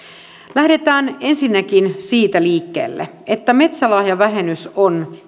lähdetään ensinnäkin siitä liikkeelle että metsälahjavähennys on